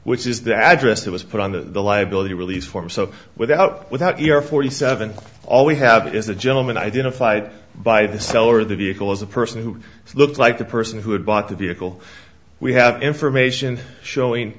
which is the address that was put on the liability release form so without without your forty seven all we have is a gentleman identified by the seller of the vehicle as a person who looks like the person who had bought the vehicle we have information showing